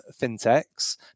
fintechs